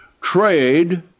Trade